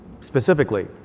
specifically